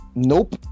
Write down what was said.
nope